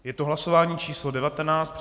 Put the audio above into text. Je to hlasování číslo 19.